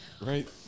Right